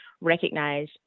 recognize